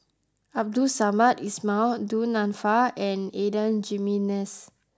Abdul Samad Ismail Du Nanfa and Adan Jimenez